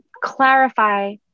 clarify